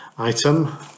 item